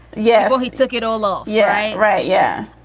yeah. well, he took it all off. yeah. right. right. yeah.